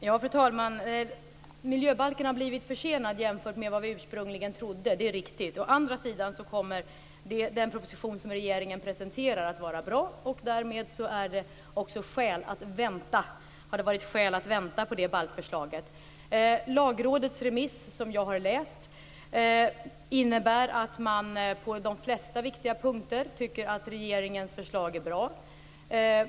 Fru talman! Miljöbalken har blivit försenad jämfört med vad regeringen ursprungligen trodde - det är riktigt. Å andra sidan kommer den proposition som regeringen presenterar att vara bra. Därmed har det också funnits skäl att vänta på detta balkförslag. Lagrådets remiss, som jag har läst, innebär att Lagrådet på de flesta viktiga punkter tycker att regeringens förslag är bra.